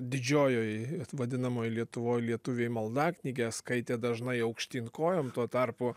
didžiojoj vadinamoj lietuvoje lietuviai maldaknygę skaitė dažnai aukštyn kojom tuo tarpu